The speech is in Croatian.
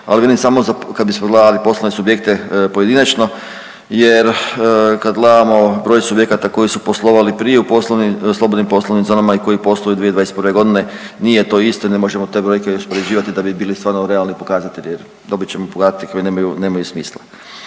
ali velim samo za kad bi se pogledali poslovne subjekte pojedinačno jer kad gledamo broj subjekata koji su poslovali prije u poslovnim, slobodnim poslovnim zonama i koji posluju 2021. godine nije to isto i ne možemo te brojke uspoređivati da bi bili stvarno realni pokazatelji jer dobiti ćemo podatke koji nemaju,